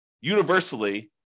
universally